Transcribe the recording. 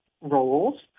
roles